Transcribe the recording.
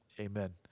Amen